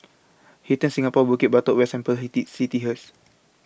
Hilton Singapore Bukit Batok West and Pearl's City hers